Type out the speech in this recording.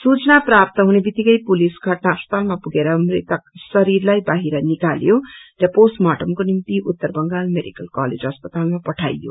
सूचना प्राप्त हुने वित्तिकै पुलिस घटना स्थलमा पुगेर मृतक शरीरलाइ बाहिर निकाल्यो र पोष्टमार्टमाको निम्ति उत्तर बंगाल मेडिकल कलेज अस्पतालामा पठाईयो